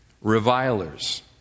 revilers